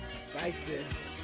spicy